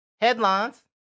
Headlines